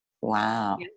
Wow